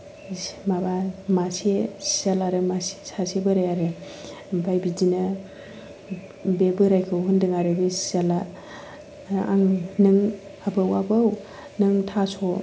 माबा मासे सियाल आरो मासे सासे बोराय आरो ओमफाय बिदिनो बे बोरायखौ होनदों आरो बे सियाला आं नों आबौ आबौ नों थास'